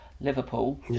Liverpool